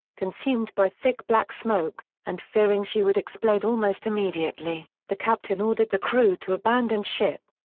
consumed by thick black smoke, and fearing she would explode almost immediately, the captain ordered the crew to abandon ship.